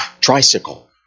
tricycle